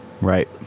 right